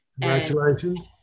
Congratulations